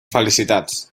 felicitats